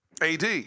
Ad